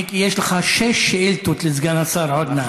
מיקי, יש לך שש שאילתות לסגן השר עוד מעט.